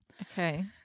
Okay